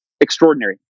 extraordinary